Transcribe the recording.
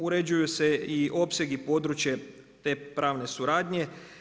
Uređuju se i opseg i područje te pravne suradnje.